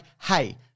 hey